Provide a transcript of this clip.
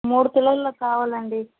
మూడు తులాల్లో కావాలండీ